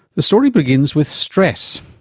the story begins with stress,